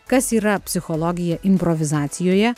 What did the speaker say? kas yra psichologija improvizacijoje